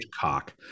cock